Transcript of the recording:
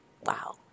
wow